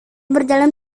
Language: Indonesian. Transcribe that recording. berjalan